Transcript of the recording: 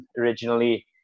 originally